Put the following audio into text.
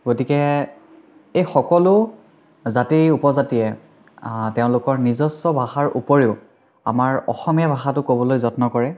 গতিকে এই সকলো জাতি উপজাতিয়ে তেওঁলোকত নিজস্ব ভাষাৰ উপৰিও আমাৰ অসমীয়া ভাষাটো ক'বলৈ যত্ন কৰে